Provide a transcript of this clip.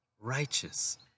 righteous